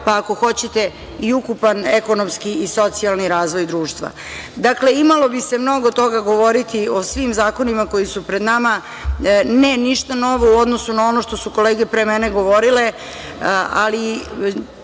pa ako hoćete, i ukupan ekonomski i socijalni razvoj društva. Dakle, imalo bi se mnogo toga govoriti o svim zakonima koji su pred nama ne, ništa novo u odnosu na ono što su kolege pre mene govorile, ali